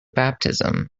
baptism